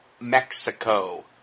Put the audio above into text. Mexico